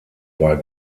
war